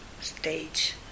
stage